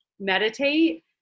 meditate